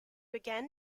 again